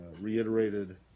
Reiterated